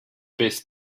best